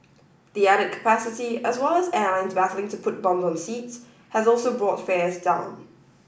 the added capacity as well as airlines battling to put bums on seats has also brought fares down